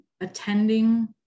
attending